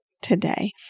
today